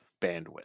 bandwidth